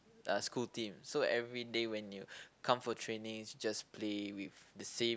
uh school team so everyday when you come for training it's just play with the same